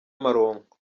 amaronko